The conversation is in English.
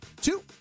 two